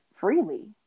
freely